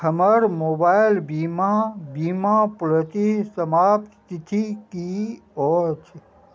हमर मोबाइल बीमा बीमा समाप्त तिथि की अछि